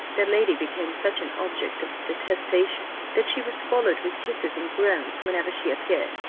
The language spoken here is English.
the lady became such an object of detestation, that she was followed with hisses and groans whenever she appeared,